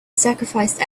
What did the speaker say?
sacrificed